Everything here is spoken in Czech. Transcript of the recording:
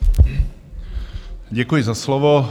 Děkuji za slovo.